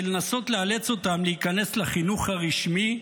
לנסות לאלץ אותם להיכנס לחינוך הרשמי,